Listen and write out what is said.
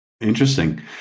Interesting